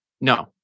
no